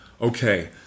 okay